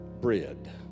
bread